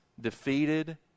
defeated